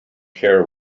care